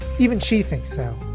even she thinks so